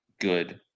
good